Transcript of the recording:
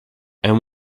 and